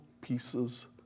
pieces